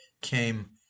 came